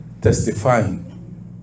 testifying